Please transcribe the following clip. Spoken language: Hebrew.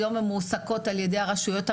היום הן מועסקות על-ידי הרשויות המקומיות.